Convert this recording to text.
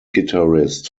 guitarist